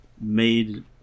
made